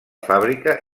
fàbrica